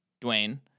Dwayne